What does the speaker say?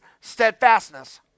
steadfastness